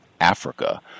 Africa